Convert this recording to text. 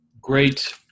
great